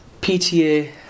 PTA